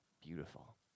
beautiful